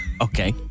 Okay